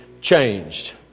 changed